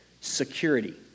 security